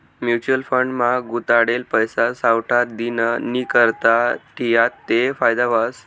mutual fund मा गुताडेल पैसा सावठा दिननीकरता ठियात ते फायदा व्हस